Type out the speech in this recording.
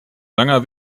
langer